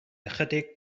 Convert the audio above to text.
ychydig